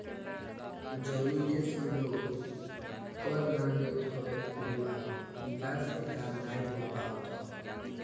जवनी देस में लोग कर ना देत हवे उहवा विकास के काम नाइ हो पावत हअ